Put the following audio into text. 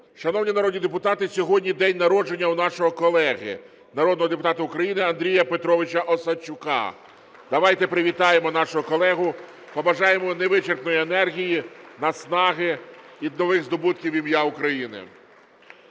Шановні народні депутати, сьогодні день народження у нашого колеги народного депутата України Андрія Петровича Осадчука. Давайте привітаємо нашого колегу, побажаємо невичерпної енергії, наснаги і нових здобутків в ім'я України.